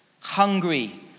hungry